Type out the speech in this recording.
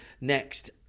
next